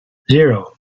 zero